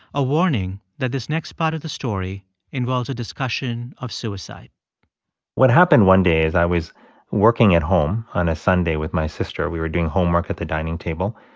a warning that this next part of the story involves a discussion of suicide what happened one day as i was working at home on a sunday with my sister we were doing homework at the dining table.